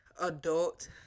adult